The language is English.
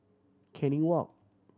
Canning Walk